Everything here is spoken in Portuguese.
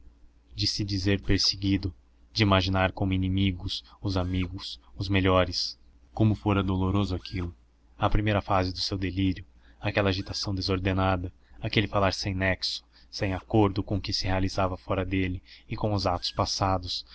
de se dizer perseguido de imaginar como inimigos os amigos os melhores como fora doloroso aquilo a primeira fase do seu delírio aquela agitação desordenada aquele falar sem nexo sem acordo com que se realizava fora dele e com os atos passados